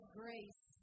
grace